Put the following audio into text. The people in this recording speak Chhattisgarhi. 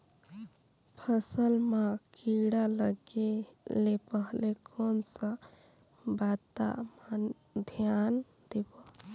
फसल मां किड़ा लगे ले पहले कोन सा बाता मां धियान देबो?